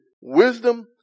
Wisdom